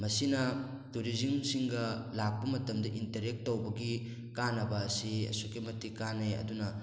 ꯃꯁꯤꯅ ꯇꯨꯔꯤꯖꯝꯁꯤꯡꯒ ꯂꯥꯛꯄ ꯃꯇꯝꯗ ꯏꯟꯇꯔꯦꯛ ꯇꯧꯕꯒꯤ ꯀꯥꯟꯅꯕ ꯑꯁꯤ ꯑꯁꯨꯛꯀꯤ ꯀꯥꯟꯅꯩ ꯑꯗꯨꯅ